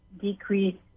decrease